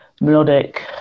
melodic